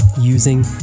using